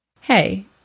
Hey